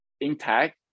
intact